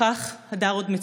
לכך הדר עוד מצפה.